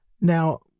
now